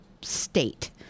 state